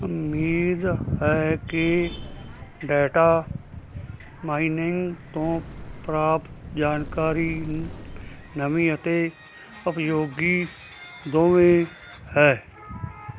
ਉਮੀਦ ਹੈ ਕਿ ਡੇਟਾ ਮਾਈਨਿੰਗ ਤੋਂ ਪ੍ਰਾਪਤ ਜਾਣਕਾਰੀ ਨਵੀਂ ਅਤੇ ਉਪਯੋਗੀ ਦੋਵੇਂ ਹੈ